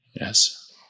Yes